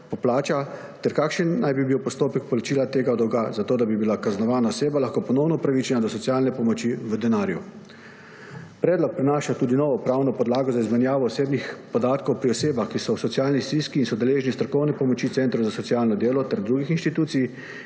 poplača ter kakšen naj bi bil postopek plačila tega dolga, zato da bi bila kaznovana oseba lahko ponovno upravičena do socialne pomoči v denarju. Predlog prinaša tudi novo pravno podlago za izmenjavo osebnih podatkov pri osebah, ki so v socialni stiski in so deležne strokovne pomoči centrov za socialno delo ter drugih institucij,